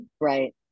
right